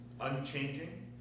Unchanging